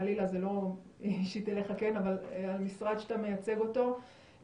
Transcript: זה חלילה לא אישית אליך אלא המשרד שאתה מייצג אותו והגופים